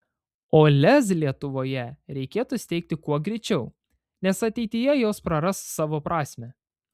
o lez lietuvoje reikėtų steigti kuo greičiau nes ateityje jos praras savo prasmę